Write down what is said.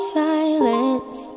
silence